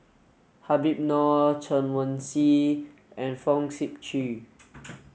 Habib Noh Chen Wen Hsi and Fong Sip Chee